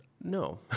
No